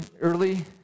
early